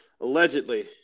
Allegedly